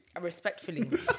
Respectfully